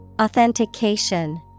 Authentication